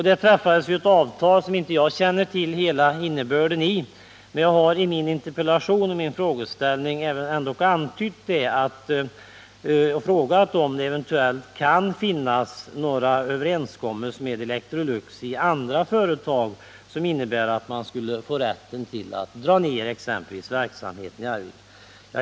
Då träffades ett avtal, som jag inte känner till hela innebörden av, men jag har i min interpellation ändock frågat om det eventuellt kan finnas några överenskommelser med Electrolux i fråga om andra företag, som innebär att man skulle få rätt att dra ner exempelvis verksamheten i Arvika.